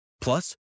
Plus